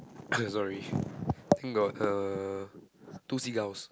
okay sorry got uh two seagulls